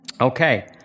Okay